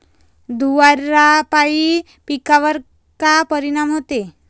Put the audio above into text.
धुवारापाई पिकावर का परीनाम होते?